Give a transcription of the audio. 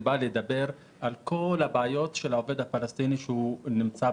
היא באה לדבר על כל הבעיות של העובד הפלסטיני במעברים,